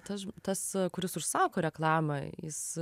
tas tas kuris užsako reklamą jis